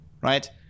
right